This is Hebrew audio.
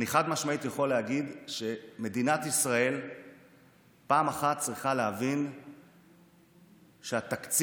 אני יכול להגיד חד-משמעית שמדינת ישראל צריכה להבין פעם אחת